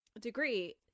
degree